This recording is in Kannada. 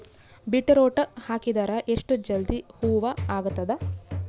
ಬೀಟರೊಟ ಹಾಕಿದರ ಎಷ್ಟ ಜಲ್ದಿ ಹೂವ ಆಗತದ?